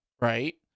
right